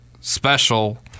special